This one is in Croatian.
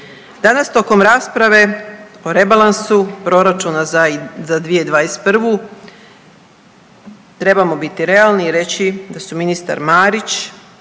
Danas tokom rasprave o rebalansu proračuna za 2021.trebamo biti realni i reći da su ministar Marić